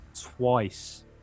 twice